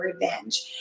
revenge